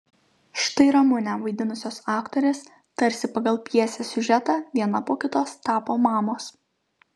štai ramunę vaidinusios aktorės tarsi pagal pjesės siužetą viena po kitos tapo mamos